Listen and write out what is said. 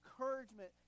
encouragement